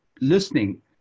listening